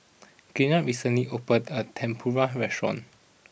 Girtha recently opened a Tempura restaurant